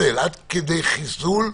ויכולנו לעמוד בהם בקלות,